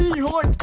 your